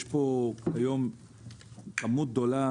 יש פה היום כמות גדולה,